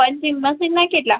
punching મશિનના કેટલા